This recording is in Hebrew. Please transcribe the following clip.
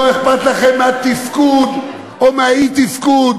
לא אכפת לכם מהתפקוד או מהאי-תפקוד.